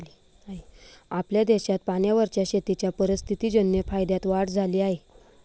आपल्या देशात पाण्यावरच्या शेतीच्या परिस्थितीजन्य फायद्यात वाढ झाली आहे